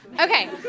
Okay